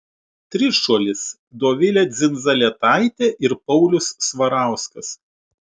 trišuolis dovilė dzindzaletaitė ir paulius svarauskas